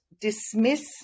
dismiss